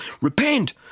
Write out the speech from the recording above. repent